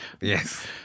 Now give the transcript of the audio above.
Yes